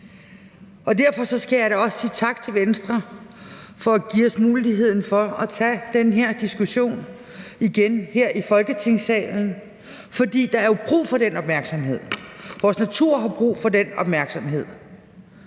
Derfor skal jeg da også sige tak til Venstre for at give os mulighed for at tage den her diskussion igen her i Folketingssalen. For der er jo brug for den opmærksomhed. Vores natur har brug for den opmærksomhed.